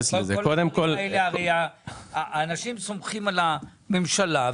אנשים סומכים על הממשלה,